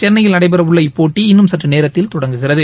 சென்னையில் நடைபெறவுள்ள இப்போட்டி இன்னும் சற்றுநேரத்தில் தொடங்குகிறது